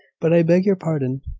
but i beg your pardon,